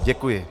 Děkuji.